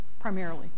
primarily